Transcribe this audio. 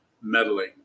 meddling